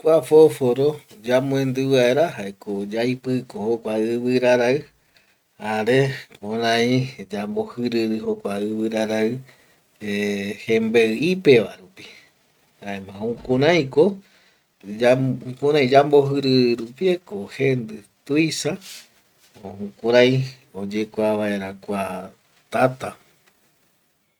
kua fosforo yamoendi vaera jaeko yaipiko jokua ivirarai jare kurai yambojiriri ivirarai jembei ipeva rupi, jaema jukuraiko yambojiriri rupieko jendi tuisa jukurai oyekua vaera kua tata